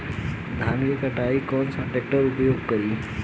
धान के कटाई ला कौन सा ट्रैक्टर के उपयोग करी?